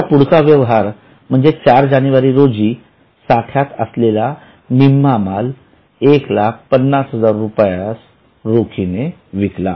आता पुढचा व्यवहार म्हणजे ४ जानेवारी रोजी साठ्यात असलेला निम्मा माल १५०००० रुपये रोखीने विकल्या